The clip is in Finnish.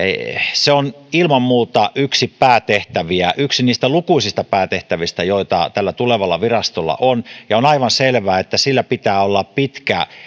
se on ilman muuta yksi päätehtäviä yksi niistä lukuisista päätehtävistä joita tällä tulevalla virastolla on ja on aivan selvää että sillä pitää olla pitkä